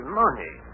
money